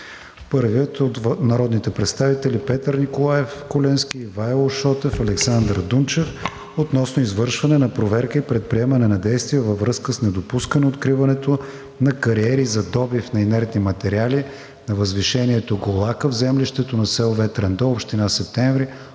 Първият е от народните представители Петър Куленски, Ивайло Шотев и Александър Дунчев относно извършване на проверка и предприемане на действия във връзка с недопускане откриването на кариери за добив на инертни материали на възвишението Голака в землището на село Ветрен дол, община Септември,